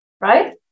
Right